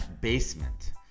basement